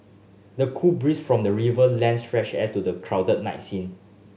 the cool breeze from the river lends fresh air to the crowded night scene